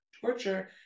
torture